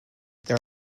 there